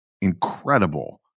incredible